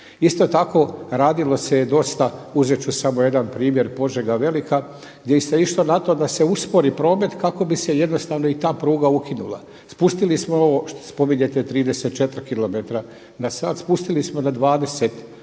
Isto tako, radilo se je dosta, uzet ću samo jedan primjer Požega Velika gdje se išlo na to da se uspori promet kako bi se jednostavno i ta pruga ukinula. Spustili smo ovo, spominjete 34 km na sat, spustili smo na 20 km